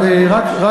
הם